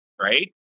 right